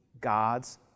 God's